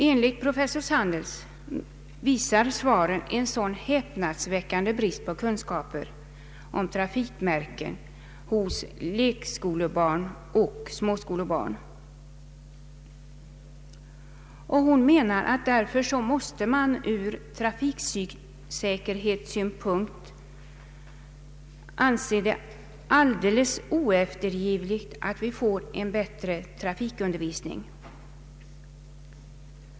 Enligt professor Sandels visar svaren en häpnadsväckande brist på kunskaper om trafikmärken hos lekskoleoch småskolebarn. Hon menar att man därför ur trafiksäkerhetssynpunkt måste anse det alldeles oeftergivligt att vi får en bättre trafikundervisning.